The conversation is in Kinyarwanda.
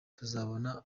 tuzabona